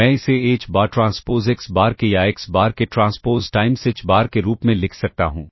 मैं इसे h बार ट्रांसपोज़ x बार k या x बार k ट्रांसपोज़ टाइम्स h बार के रूप में लिख सकता हूं